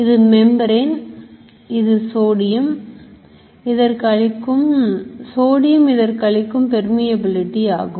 இது மெம்பரேன் இது sodium இதற்கு அளிக்கும் permeability ஆகும்